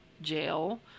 jail